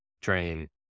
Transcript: train